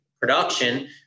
production